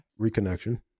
reconnection